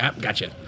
gotcha